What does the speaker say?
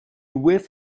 whiff